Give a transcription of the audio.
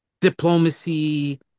diplomacy